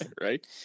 Right